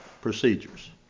procedures